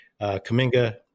Kaminga